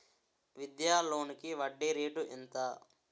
విద్యా లోనికి వడ్డీ రేటు ఎంత?